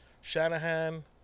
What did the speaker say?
Shanahan